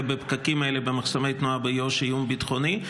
בפקקים האלה במחסומי תנועה באיו"ש איום ביטחוני.